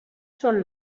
són